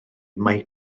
mae